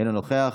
אינו נוכח.